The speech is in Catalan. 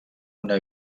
una